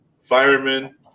firemen